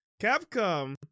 Capcom